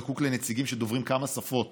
זקוק לנציגים שדוברים כמה שפות